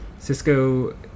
Cisco